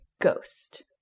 Ghost